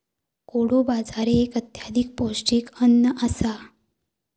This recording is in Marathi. कोडो बाजरी एक अत्यधिक पौष्टिक अन्न आसा